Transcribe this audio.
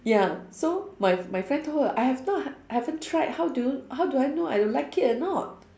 ya so my my friend told her I have not I haven't tried how do yo~ how do I know I like it or not